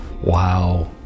wow